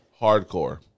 Hardcore